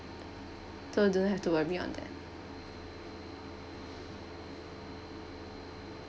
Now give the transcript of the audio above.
so you don't have to worry on that